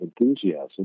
enthusiasm